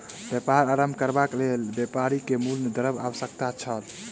व्यापार आरम्भ करबाक लेल व्यापारी के मूल द्रव्य के आवश्यकता छल